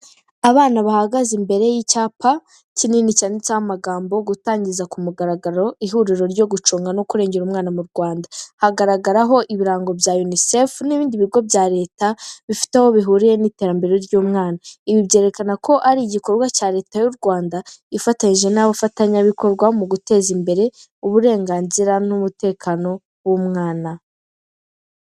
Abana bahagaze imbere y'icyapa kinini cyanditseho amagambo: "Gutangiza ku mugaragaro ihuriro ryo gucunga no kurengera umwana mu Rwanda". Hagaragaraho ibirango bya Unicef n'ibindi bigo bya Leta bifite aho bihuriye n'iterambere ry'umwana. Ibi byerekana ko ari igikorwa cya Leta y'u Rwanda, ifatanyije n'abafatanyabikorwa mu guteza imbere uburenganzira n'umutekano w'umwana.